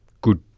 good